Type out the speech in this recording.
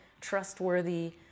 trustworthy